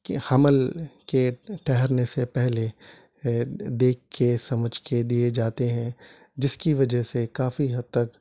کہ حمل کے ٹھہرنے سے پہلے دیکھ کے سمجھ کے دیے جاتے ہیں جس کی وجہ سے کافی حد تک